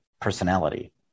personality